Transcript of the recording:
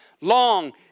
long